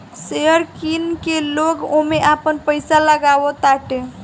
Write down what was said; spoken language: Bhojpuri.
शेयर किन के लोग ओमे आपन पईसा लगावताटे